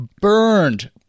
burned